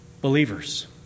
believers